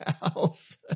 house